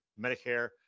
Medicare